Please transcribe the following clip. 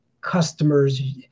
customers